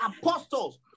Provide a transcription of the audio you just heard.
apostles